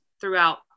throughout